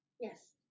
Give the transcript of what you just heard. yes